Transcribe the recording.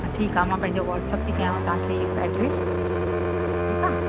ठीकु आहे मां पंहिंजो वॉट्सएप थी कयांव तव्हांखे ई एड्रेस ठीकु आहे